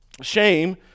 Shame